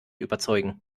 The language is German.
überzeugen